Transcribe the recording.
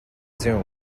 zoom